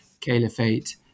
caliphate